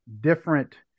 different